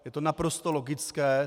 Je to naprosto logické.